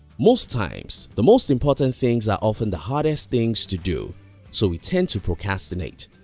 most times the most important things are often the hardest things to do so we tend to procrastinate.